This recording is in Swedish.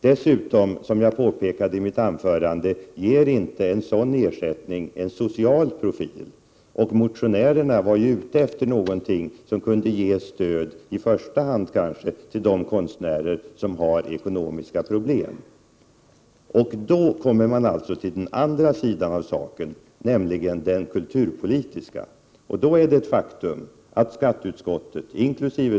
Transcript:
Det är dessutom så, som jag påpekade i mitt anförande, att en sådan ersättning inte får en social profil. Motionärerna är ju ute efter någonting som kan ge stöd i första hand kanske till de konstnärer som har ekonomiska problem. Därmed kommer man in på den andra sidan av saken, nämligen den kulturpolitiska. Där är det ett faktum att skatteutskottet — inkl.